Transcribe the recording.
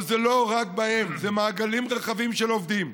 אבל זה לא רק בהם, אלה מעגלים רחבים של עובדים,